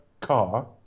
car